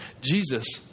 Jesus